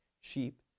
sheep